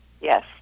yes